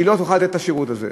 שלא תוכל לתת את השירות הזה?